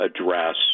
address